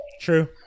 true